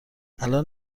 الان